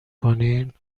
کنین